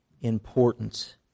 importance